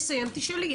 הוא יסיים, תשאלי.